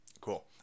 cool